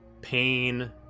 pain